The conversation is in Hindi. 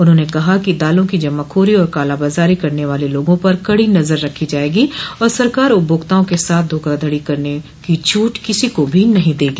उन्होंने कहा कि दालों की जमाखोरी और कालाबाजारी करने वाले लोगों पर कड़ी नजर रखी जाएगी और सरकार उपभोक्ताओं के साथ धोखाधड़ी करने की छूट किसी को भी नहीं देगी